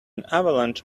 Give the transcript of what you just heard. avalanche